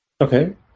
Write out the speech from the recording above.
Okay